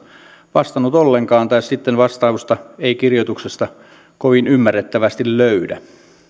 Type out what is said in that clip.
vastannut ollenkaan tai sitten vastausta ei kirjoituksesta kovin ymmärrettävästi löydä